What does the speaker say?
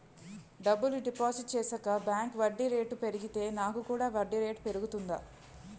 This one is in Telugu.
డబ్బులు డిపాజిట్ చేశాక బ్యాంక్ వడ్డీ రేటు పెరిగితే నాకు కూడా వడ్డీ రేటు పెరుగుతుందా?